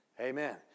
Amen